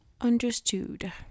Understood